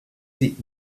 sie